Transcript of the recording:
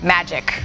Magic